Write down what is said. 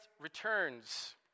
returns